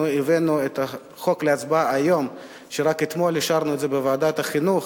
אנחנו הבאנו את החוק להצבעה היום ורק אתמול אישרנו אותו בוועדת החינוך,